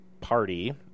party